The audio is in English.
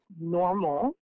normal